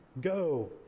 go